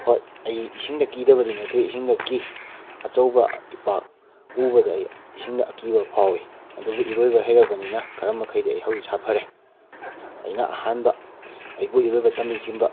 ꯍꯣꯏ ꯑꯩ ꯏꯁꯤꯡꯗ ꯀꯤꯗꯕꯗꯤ ꯅꯠꯇꯦ ꯏꯁꯤꯡꯗ ꯀꯤ ꯑꯆꯧꯕ ꯏꯄꯥꯛ ꯎꯕꯗ ꯑꯩ ꯏꯁꯤꯡꯗ ꯑꯀꯤꯕ ꯐꯥꯎꯋꯤ ꯑꯗꯨꯕꯨ ꯏꯔꯣꯏꯕ ꯍꯩꯔꯕꯅꯤꯅ ꯈꯔ ꯃꯈꯩꯗꯤ ꯑꯩ ꯍꯧꯖꯤꯛ ꯁꯥꯐꯔꯦ ꯑꯩꯅ ꯑꯍꯥꯟꯕ ꯑꯩꯕꯨ ꯏꯔꯣꯏꯕ ꯇꯝꯕꯤꯈꯤꯕ